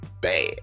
bad